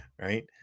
right